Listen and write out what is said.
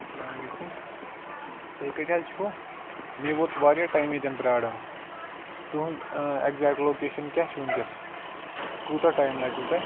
اَلسَلامُ علیکُم تُہۍ کَتہِ حظ چھُو مےٚ ووٗت واریاہ ٹایم ییٚتیٚن پرٛاران تُہنٛز ٲں ایٚگزیکٹہٕ لوکیشَن کیٛاہ چھِ وُنکٮ۪ن تہٕ کوٗتاہ ٹایِم لَگوٕ تۄہہِ